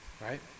Right